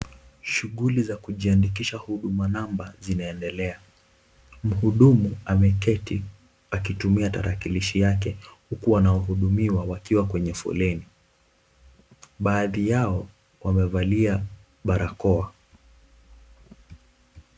Shughuli za kujiandikisha huduma namba zinaendelea. Mhudumu ameketi akitumia kitarakilishi yake huku anawahudumia akiwa kwenye foleni. Baadhi yao wamevalia barakoa.